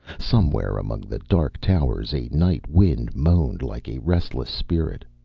somewhere among the dark towers a night wind moaned like a restless spirit.